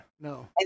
no